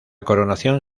coronación